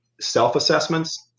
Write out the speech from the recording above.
self-assessments